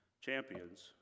champions